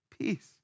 peace